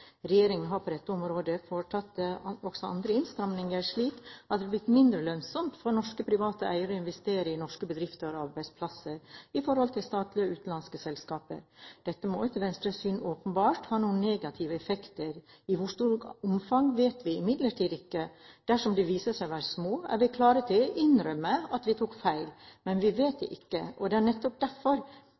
Regjeringen har på dette området foretatt også andre innstramninger, slik at det er blitt mindre lønnsomt for norske, private eiere å investere i norske bedrifter og arbeidsplasser i forhold til i statlige og utenlandske selskaper. Dette må etter Venstres syn åpenbart ha noen negative effekter – i hvor stort omfang vet vi imidlertid ikke. Dersom de viser seg å være små, er vi klare til å innrømme at vi tok feil, men vi vet det ikke. Det er nettopp derfor